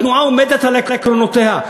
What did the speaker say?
התנועה עומדת על עקרונותיה.